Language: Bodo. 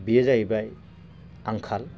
बेयो जाहैबाय आंखाल